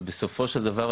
אבל בסופו של דבר,